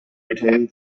retain